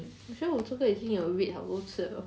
I'm sure 我这个一定有 wait 很多次了